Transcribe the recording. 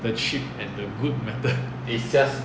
the cheap and the good method